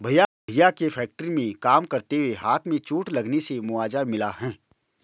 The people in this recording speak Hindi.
भैया के फैक्ट्री में काम करते हुए हाथ में चोट लगने से मुआवजा मिला हैं